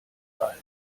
all